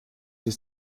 ist